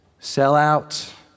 sellout